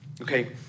Okay